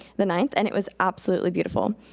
the ninth, and it was absolutely beautiful.